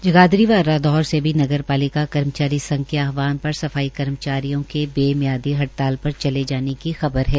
जगाधरी व रादौर से भी नगर पालिका कर्मचारी संघ के आहवान पर सफाई कर्मचारियों के बेमियादी हड़ताल पर चल जाने की खबर है